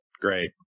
Great